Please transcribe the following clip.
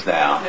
now